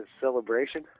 Celebration